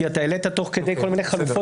העלתה תוך כדי כל מיני חלופות.